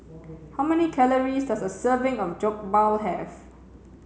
how many calories does a serving of Jokbal have